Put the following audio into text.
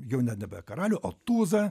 jau ne nebe karalių o tūzą